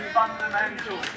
fundamental